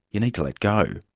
you need to let go.